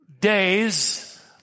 days